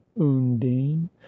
undine